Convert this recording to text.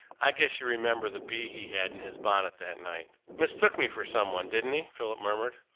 i guess you remember the bee he had in his bonnet that night. mistook me for some one, didn't he? philip murmured.